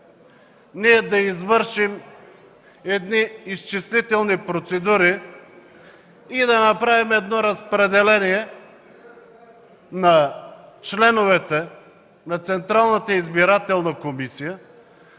да извършим едни изчислителни процедури и да направим разпределение на членовете на Централната избирателна комисия,